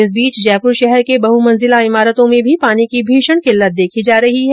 इस बीच जयपुर शहर के बहुमंजिला इमारतों में भी पानी की भीषण किल्लत देखी जा रही है